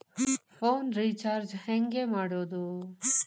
Phone recharge ಹೆಂಗೆ ಮಾಡೋದು?